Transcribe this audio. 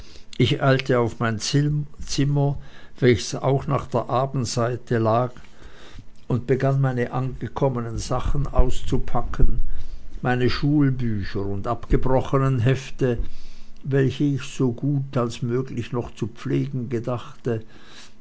ich eilte auf mein zimmer welches auch nach der abendseite lag und begann meine indessen angekommenen sachen auszupacken meine schultücher und abgebrochenen hefte welche ich so gut möglich noch zu pflegen gedachte